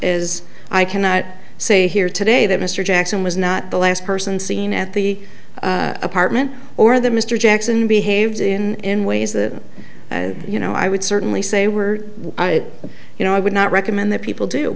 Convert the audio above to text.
is i cannot say here today that mr jackson was not the last person seen at the apartment or that mr jackson behaves in ways that you know i would certainly say were i you know i would not recommend that people do